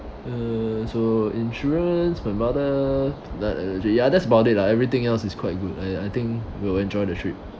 uh so insurance my mother that allergy ya that's about it lah everything else is quite good I I think we'll enjoy the trip